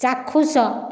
ଚାକ୍ଷୁଷ